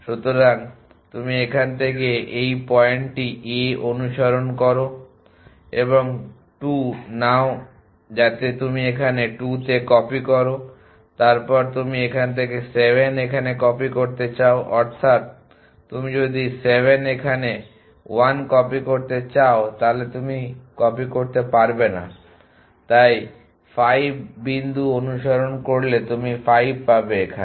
সুতরাং তুমি এখান থেকে এই পয়েন্টটি a অনুসরণ করো এবং 2 নাও যাতে তুমি এখানে 2 তে কপি করো তারপর তুমি এখান থেকে 7 এখানে কপি করতে চাও অর্থাৎ তুমি যদি 7 এখানে 1 কপি করতে চাও তাহলে তুমি কপি করতে পারবে না তাই 5 বিন্দু অনুসরণ করলে তুমি 5 পাবে এখানে